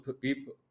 people